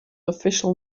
official